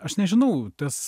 aš nežinau tas